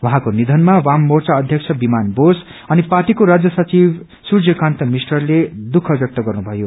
उहाँको निषनमा वाम मोर्चा अध्यक्ष विमान बोस अनि पार्टीको राज्य सचिव सूर्यक्रन्त मिश्राले दुःखा व्यक्त गर्नुभयो